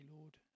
Lord